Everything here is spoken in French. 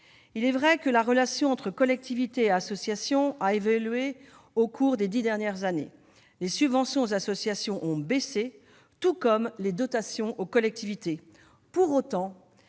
Il est vrai que la relation entre collectivités et associations a évolué au cours des dix dernières années. Les subventions aux associations ont baissé, tout comme les dotations aux collectivités. Pour autant,